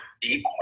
deep